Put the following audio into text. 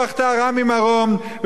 וכולם יחזרו בתשובה,